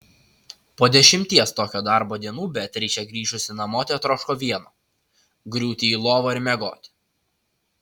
po dešimties tokio darbo dienų beatričė grįžusi namo tetroško vieno griūti į lovą ir miegoti